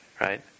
Right